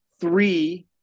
three